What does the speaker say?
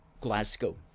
Glasgow